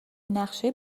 نقشه